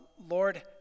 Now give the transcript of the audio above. Lord